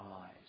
eyes